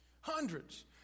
Hundreds